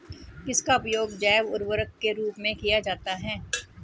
किसका उपयोग जैव उर्वरक के रूप में किया जाता है?